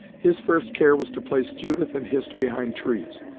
his first care was to place judith and hist behind trees,